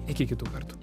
iki kitų kartų